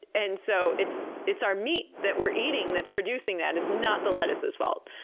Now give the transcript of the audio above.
and so it's it's our meat that we're eating that's producing that. it's not the lettuces' fault.